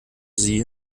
sie